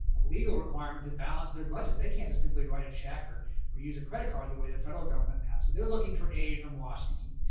a legal requirement to balance their budgets. they can't just simply write a check or we use a credit card the way the federal government has. so they're looking for aid from washington.